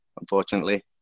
unfortunately